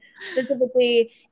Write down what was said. specifically